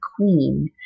queen